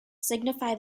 signify